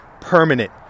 permanent